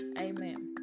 Amen